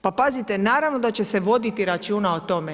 Pa pazite, naravno da će se voditi računa o tome.